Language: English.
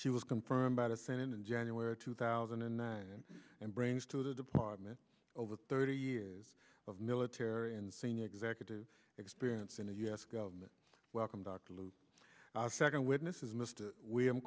she was confirmed by the senate in january two thousand and nine and brings to the department over thirty years of military and senior executive experience in the u s government welcome dr luke a second witness is mr william